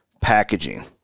packaging